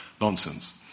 nonsense